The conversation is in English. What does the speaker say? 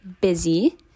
busy